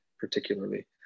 particularly